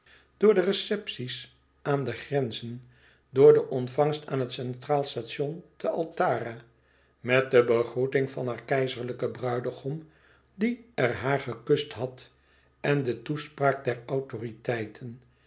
door de recepties aan de grenzen door de ontvangst aan het centraal station te altara met de begroeting van haar keizerlijken bruidegom die er haar gekust had en de toespraak der autoriteiten